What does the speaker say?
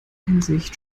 hinsicht